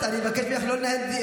אני עוד בכלל לא התחלתי.